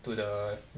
to the